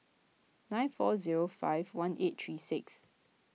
nine four zero five one eight three six